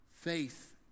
Faith